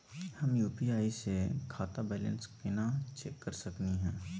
हम यू.पी.आई स खाता बैलेंस कना चेक कर सकनी हे?